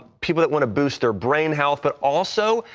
people that want to boost their brain health, but also,